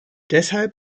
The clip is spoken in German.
deshalb